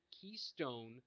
keystone